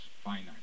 finite